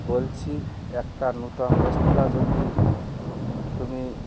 বলছি একটা নূতন রেস্তোরাঁ যদি তুমি